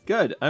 Good